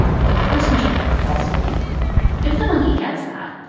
that the person should have a false belief if the monkey gets that,